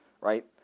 right